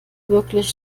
wirklich